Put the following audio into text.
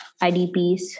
IDPs